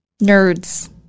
nerds